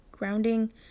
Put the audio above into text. grounding